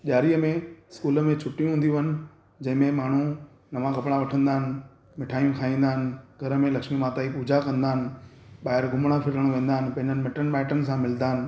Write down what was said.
ॾियारीअ में स्कूल में छुटी हूंदियूं आहिनि जंहिंमे माण्हू नवा कपिड़ा वठंदा आहिनि मिठाइयूं खाईंदा आहिनि घर में लक्ष्मी माता जी पूजा कंदा आहिनि ॿाहिरि घुमण फिरण वेंदा आहिनि पंहिंजा मिटनि माइटनि सां मिलंदा आहिनि